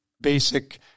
basic